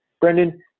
Brendan